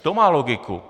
To má logiku.